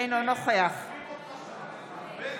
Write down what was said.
אינו נוכח בגין,